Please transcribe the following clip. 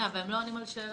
אבל הם לא עונים על שאלות.